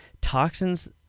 toxins